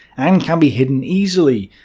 and can be hidden easily,